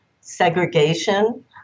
segregation